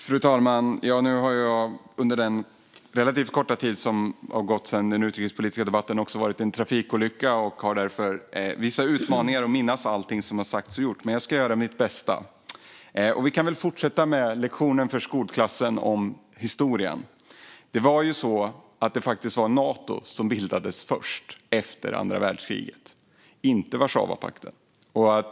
Fru talman! Under den relativt korta tid som har gått sedan den utrikespolitiska debatten har jag varit med i en trafikolycka och har därför vissa utmaningar när det gäller att minnas allt som har sagts och gjorts. Men jag ska göra mitt bästa. Vi kan fortsätta historielektionen för skolklassen. Efter andra världskriget var det faktiskt Nato, inte Warszawapakten, som bildades först.